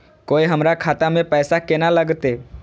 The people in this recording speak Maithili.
कोय हमरा खाता में पैसा केना लगते?